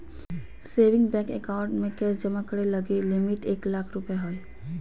saving bank account में cash जमा करे लगी लिमिट एक लाख रु हइ